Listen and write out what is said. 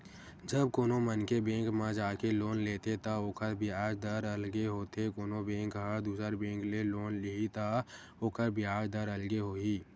जब कोनो मनखे बेंक म जाके लोन लेथे त ओखर बियाज दर अलगे होथे कोनो बेंक ह दुसर बेंक ले लोन लिही त ओखर बियाज दर अलगे होही